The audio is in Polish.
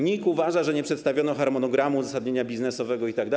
NIK uważa, że nie przedstawiono harmonogramu uzasadnienia biznesowego itd.